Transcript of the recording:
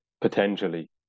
potentially